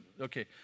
Okay